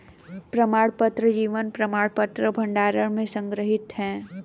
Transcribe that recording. प्रमाणपत्र जीवन प्रमाणपत्र भंडार में संग्रहीत हैं